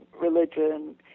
religion